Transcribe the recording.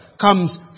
comes